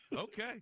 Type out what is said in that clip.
Okay